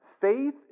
Faith